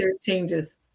changes